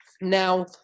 Now